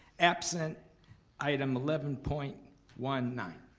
absent item eleven point one nine.